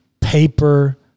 paper